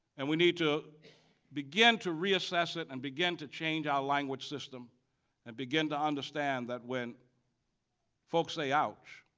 and we need to begin to reassess it and begin to change our language system and begin to understand that when folks say ouch